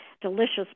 delicious